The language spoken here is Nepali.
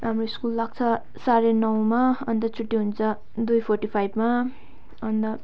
हाम्रो स्कुल लाग्छ साढे नौमा अन्त छुट्टी हुन्छ दुई फोर्टी फाइभमा अन्त